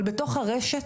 אבל בתוך הרשת,